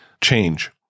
change